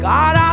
God